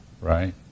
right